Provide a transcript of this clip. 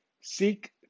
Seek